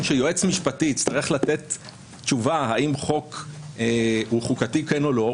שיועץ משפטי יצטרך לתת תשובה האם חוק הוא חוקתי כן או לא,